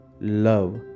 love